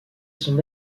son